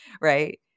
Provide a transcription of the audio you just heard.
Right